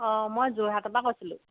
অ মই যোৰহাটৰ পৰা কৈছিলোঁ